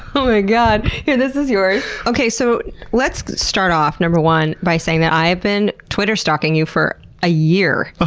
ah god, here, this is yours. okay, so let's start off, number one, by saying that i've been twitter stalking you for a year. ah